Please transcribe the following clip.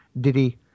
Diddy